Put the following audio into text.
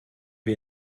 wir